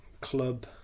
club